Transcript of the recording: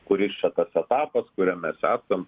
kuris čia tas etapas kuriam mes esam